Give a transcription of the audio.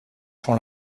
pour